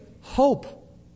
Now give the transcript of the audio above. hope